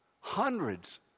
Hundreds